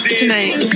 tonight